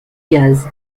gaz